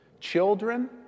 children